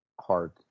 Hard